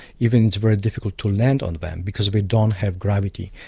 even it's very difficult to land on them because we don't have gravity.